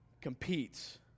competes